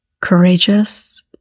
courageous